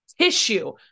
tissue